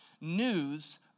News